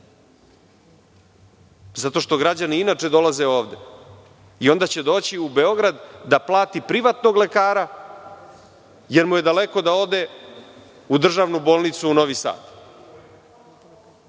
Zato što građani inače dolaze ovde. Onda će doći u Beograd da plati privatnog lekara, jer mu je daleko da ode u državnu bolnicu u Novi Sad.